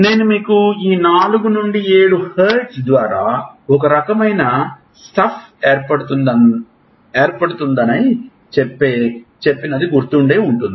నేను మీకు ఈ 4 నుండి 7 హెర్ట్జ్ ద్వారా ఒక రకమైన స్టఫ్ ఏర్పడుతుండనై చెప్పినదిగుర్తుండే ఉంటుంది